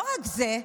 לא רק זה,